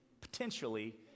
Potentially